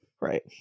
Right